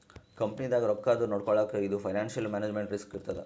ಕಂಪನಿನಾಗ್ ರೊಕ್ಕಾದು ನೊಡ್ಕೊಳಕ್ ಇದು ಫೈನಾನ್ಸಿಯಲ್ ಮ್ಯಾನೇಜ್ಮೆಂಟ್ ರಿಸ್ಕ್ ಇರ್ತದ್